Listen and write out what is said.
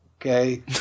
Okay